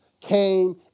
came